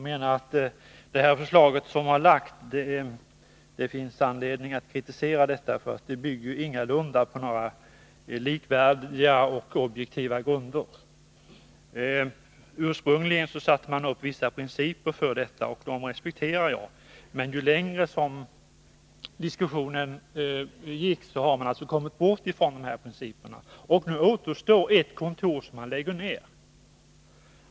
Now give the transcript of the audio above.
Herr talman! Jag menar att det finns anledning att kritisera det förslag som har lagts fram. Det bygger ingalunda på några likvärdiga och objektiva grunder. Ursprungligen satte man upp vissa principer, och dem respekterar jag, men ju längre diskussionen pågått, desto längre bort har man kommit från dessa principer. Och nu återstår ett kontor som skall läggas ner.